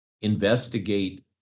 investigate